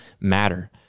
matter